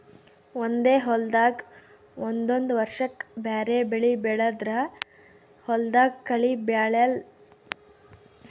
ಒಂದೇ ಹೊಲ್ದಾಗ್ ಒಂದೊಂದ್ ವರ್ಷಕ್ಕ್ ಬ್ಯಾರೆ ಬೆಳಿ ಬೆಳದ್ರ್ ಹೊಲ್ದಾಗ ಕಳಿ ಬೆಳ್ಯಾಲ್ ಮತ್ತ್ ಗಿಡಗೋಳಿಗ್ ಯಾವದೇ ರೋಗ್ ಬರಲ್